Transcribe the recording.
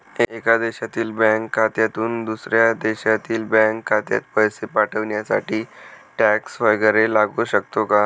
एका देशातील बँक खात्यातून दुसऱ्या देशातील बँक खात्यात पैसे पाठवण्यासाठी टॅक्स वैगरे लागू शकतो का?